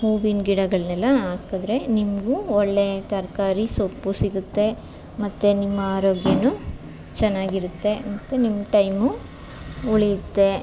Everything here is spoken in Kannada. ಹೂವಿನ ಗಿಡಗಳನ್ನೆಲ್ಲ ಹಾಕದ್ರೆ ನಿಮಗೂ ಒಳ್ಳೆಯ ತರಕಾರಿ ಸೊಪ್ಪು ಸಿಗುತ್ತೆ ಮತ್ತು ನಿಮ್ಮ ಆರೋಗ್ಯವು ಚೆನ್ನಾಗಿರುತ್ತೆ ಮತ್ತು ನಿಮ್ಮ ಟೈಮು ಉಳಿಯುತ್ತೆ